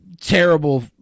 terrible